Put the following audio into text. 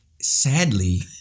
sadly